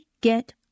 get